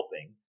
helping